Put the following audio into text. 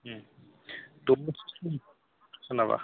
उम